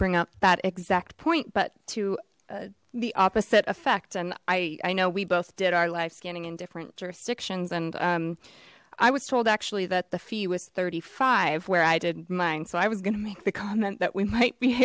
bring up that exact point but to the opposite effect and i i know we both did our life scanning in different jurisdictions and i was told actually that the fee was thirty five where i did mine so i was going to make the comment that we might be